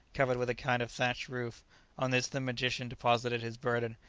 covered with a kind of thatched roof on this the magician deposited his burden,